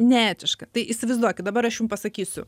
neetiška tai įsivaizduokit dabar aš jum pasakysiu